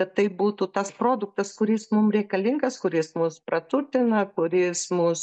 kad tai būtų tas produktas kuris mum reikalingas kuris mus praturtina kuris mus